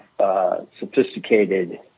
sophisticated